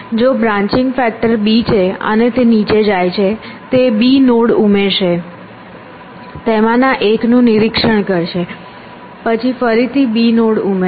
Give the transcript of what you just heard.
જો branching factor b છે અને તે નીચે જાય છે તે b નોડ ઉમેરશે તેમાંના એકનું નિરીક્ષણ કરશે પછી ફરીથી b નોડ ઉમેરશે